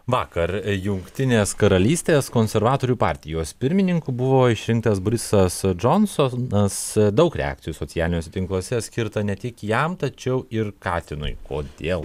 vakar jungtinės karalystės konservatorių partijos pirmininku buvo išrinktas borisas džonsonas daug reakcijų socialiniuose tinkluose skirta ne tik jam tačiau ir katinui kodėl